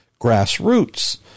grassroots